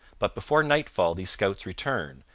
but before nightfall these scouts return,